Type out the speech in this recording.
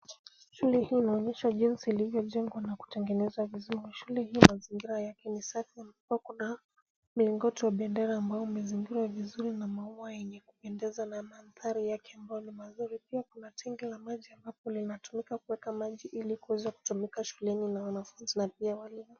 Shule hii inaonyesha jinsi ilivyojengwa na kutengenezwa vizuri. Shule hii mazingira yake ni safi ambapo kuna mlingoti wa bendera ambao umezingirwa vizuri na maua yenye kupendeza na mandhari yake ambayo ni mazuri. Pia kuna tenki la maji ambalo linatumika kueka maji ili kuweza kutumika shuleni na wanafunzi na pia walimu.